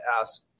ask